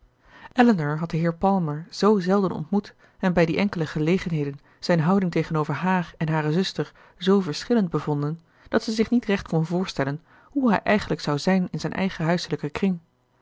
elinor had den heer palmer zoo zelden ontmoet en bij die enkele gelegenheden zijn houding tegenover haar en hare zuster zoo verschillend bevonden dat zij zich niet recht kon voorstellen hoe hij eigenlijk zou zijn in zijn eigen huiselijken kring